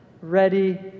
ready